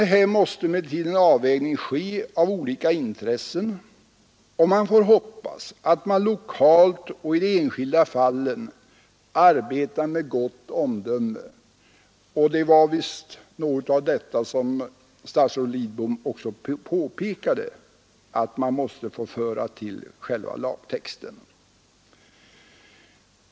Även här måste emellertid en avvägning ske mellan olika intressen, och man får hoppas att denna lokalt och i de enskilda fallen kommer att genomföras med gott omdöme. Det var visst något av detta som statsrådet Lidbom pekade på när han talade om parternas roller.